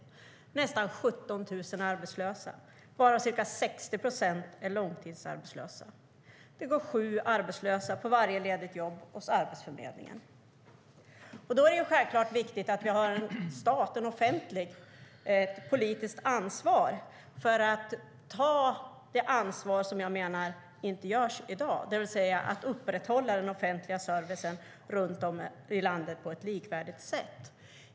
Vi har nästan 17 000 arbetslösa varav ca 60 procent långtidsarbetslösa. Det går sju arbetslösa på varje ledigt jobb hos Arbetsförmedlingen. Det är självklart viktigt att vi har en stat och ett offentligt politiskt ansvar och att vi tar det ansvar som jag menar inte görs i dag för att upprätthålla den offentliga servicen runt om i landet på ett likvärdigt sätt.